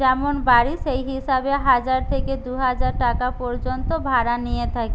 যেমন বাড়ি সেই হিসাবে হাজার থেকে দুহাজার টাকা পর্যন্ত ভাড়া নিয়ে থাকে